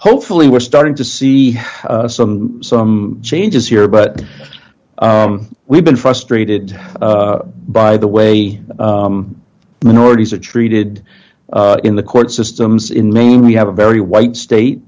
hopefully we're starting to see some some changes here but we've been frustrated by the way minorities are treated in the court systems in maine we have a very white state